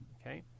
okay